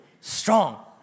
Strong